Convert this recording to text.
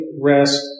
rest